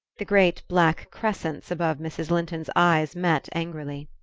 the great black crescents above mrs. linton's eyes met angrily.